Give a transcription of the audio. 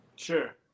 Sure